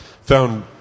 found